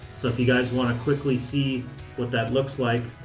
so if you guys want to quickly see what that looks like,